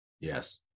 Yes